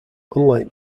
unlike